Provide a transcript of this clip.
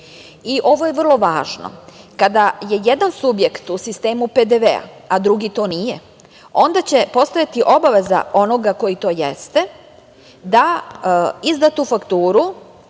Ovo je vrlo važno, kada je jedan subjekt u sistemu PDV, a drugi to nije, onda će postojati obaveza onoga ko to jeste da izdatu fakturu